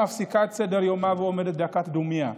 מפסיקה את סדר-יומה ועומדת דקת דומייה,